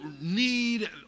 need